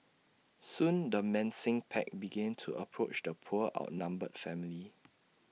soon the mincing pack began to approach the poor outnumbered family